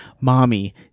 mommy